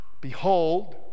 Behold